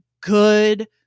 good